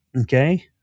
okay